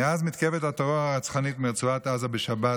מאז מתקפת הטרור הרצחנית מרצועת עזה בשבת,